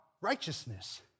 righteousness